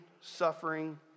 suffering